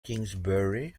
kingsbury